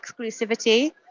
exclusivity